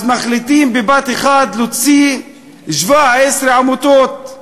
אז מחליטים בבת אחת להוציא 17 עמותות,